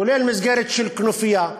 כולל מסגרת של כנופיה.